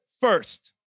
first